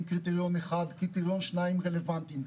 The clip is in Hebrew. קריטריון אחד וקריטריון שניים רלוונטיים.